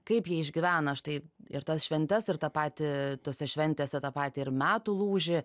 kaip jie išgyvena štai ir tas šventes ir tą patį tose šventėse tą patį ir metų lūžį